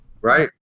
Right